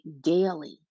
daily